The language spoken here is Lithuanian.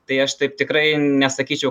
tai aš taip tikrai nesakyčiau